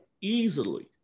easily